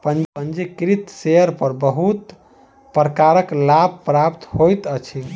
पंजीकृत शेयर पर बहुत प्रकारक लाभ प्राप्त होइत अछि